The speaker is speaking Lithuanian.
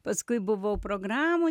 paskui buvau programų